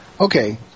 Okay